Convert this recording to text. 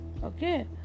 Okay